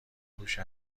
هوش